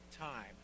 time